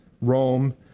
Rome